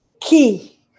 key